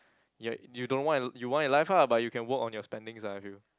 ya you don't want you want in life ah but you can work on your spendings ah I feel